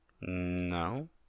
No